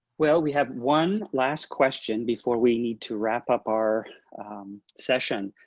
well, we have one last question before we need to wrap up our session.